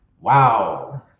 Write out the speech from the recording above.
Wow